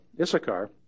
Issachar